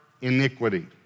iniquity